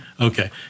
Okay